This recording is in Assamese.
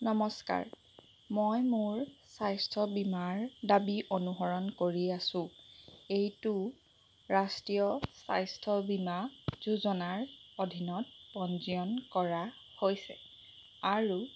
নমস্কাৰ মই মোৰ স্বাস্থ্য বীমাৰ দাবী অনুসৰণ কৰি আছোঁ এইটো ৰাষ্ট্ৰীয় স্বাস্থ্য বীমা যোজনাৰ অধীনত পঞ্জীয়ন কৰা হৈছে আৰু